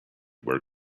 where